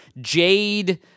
Jade